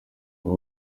aba